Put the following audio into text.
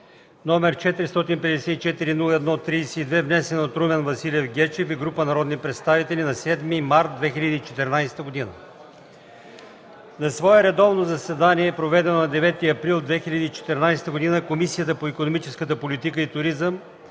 № 454-01-32, внесен от Румен Гечев и група народни представители на 7 март 2014 г. На свое редовно заседание, проведено на 9 април 2014 г., Комисията по икономическата политика и туризъм